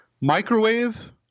microwave